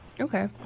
Okay